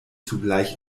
zugleich